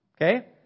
Okay